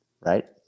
right